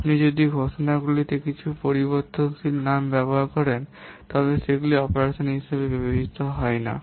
আপনি যদি ঘোষণাগুলিতে কিছু পরিবর্তনশীল নাম ব্যবহার করেন তবে সেগুলি অপারেশন হিসাবে বিবেচিত হবে না